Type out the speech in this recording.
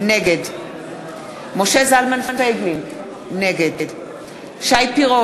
נגד משה זלמן פייגלין, נגד שי פירון,